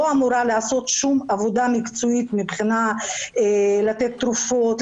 אמורה לעשות שום עבודה מקצועית כמו לתת תרופות,